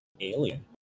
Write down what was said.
alien